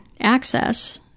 access